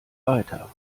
weiter